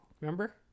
Remember